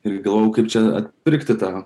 ir galvojau kaip čia atpirkti tą